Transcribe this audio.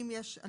על